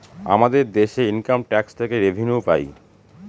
আমাদের দেশে income tax থেকে রেভিনিউ পাই